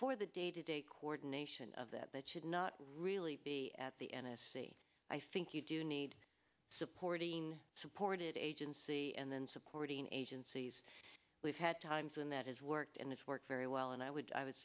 for the day to day coordination of that that should not really be at the n s c i think you do need supporting supported agency and then supporting agencies we've had times when that has worked and it's worked very well and i would i would